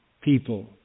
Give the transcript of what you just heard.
people